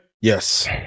Yes